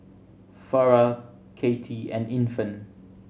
Farrah Cathie and Infant